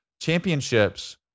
championships